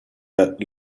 let